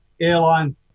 airline